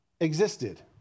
existed